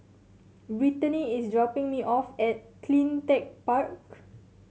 Britany is dropping me off at Cleantech Park